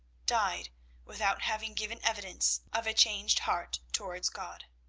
died without having given evidence of a changed heart towards god.